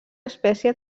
espècie